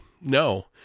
no